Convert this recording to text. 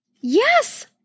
Yes